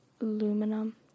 aluminum